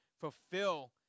fulfill